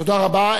תודה רבה.